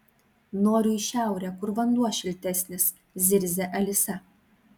noriu į šiaurę kur vanduo šiltesnis zirzia alisa